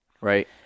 right